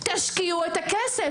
תשקיעו את הכסף.